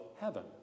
heaven